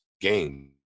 game